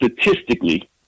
statistically